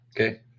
Okay